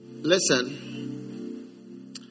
listen